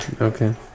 Okay